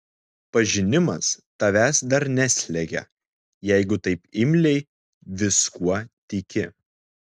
pažinimas tavęs dar neslegia jeigu taip imliai viskuo tiki